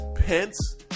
Pence